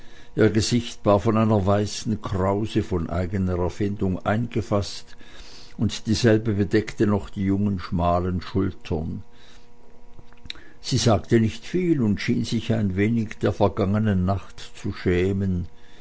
ihr gesicht war von einer weißen krause von eigener erfindung eingefaßt und dieselbe bedeckte noch die jungen schmalen schultern sie sagte nicht viel und schien sich ein wenig der vergangenen nacht zu schämen